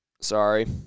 Sorry